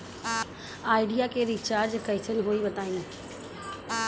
Idea के recharge कइसे होई बताईं?